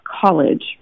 college